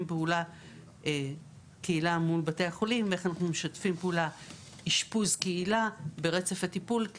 פעולה מול בתי החולים ואיך אנחנו משתפים פעולה באשפוז ברצף הטיפול,